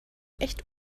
echt